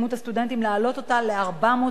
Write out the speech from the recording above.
להעלות אותו ל-400 סטודנטים.